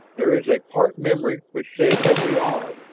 there is a part memory which says that we are.